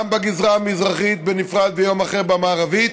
בגזרה המזרחית בנפרד ואחרי זה במערבית,